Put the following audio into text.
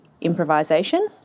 improvisation